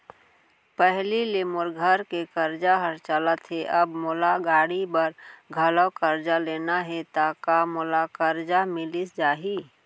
पहिली ले मोर घर के करजा ह चलत हे, अब मोला गाड़ी बर घलव करजा लेना हे ता का मोला करजा मिलिस जाही?